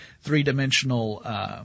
three-dimensional